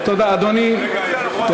תודה רבה.